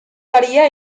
varía